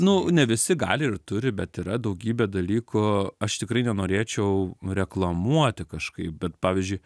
nu ne visi gali ir turi bet yra daugybė dalykų aš tikrai nenorėčiau reklamuoti kažkaip bet pavyzdžiui